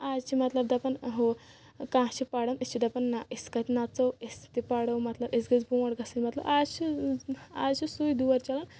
آز چھِ مطلب دپان اہو کانٛہہ چھِ پران أسۍ چھِ دپان نہ أسۍ کتہِ نژو أسۍ تہِ پرو مطلب أسۍ گٔژھ برٛونٛٹھ گژھٕنۍ مطلب آز چھِ آز چھِ سُے دور چلان